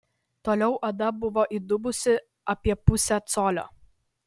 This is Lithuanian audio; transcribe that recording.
toliau oda buvo įdubusi apie pusę colio